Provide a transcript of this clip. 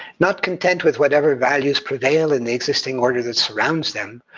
not content with whatever values prevail in the existing order that surrounds them,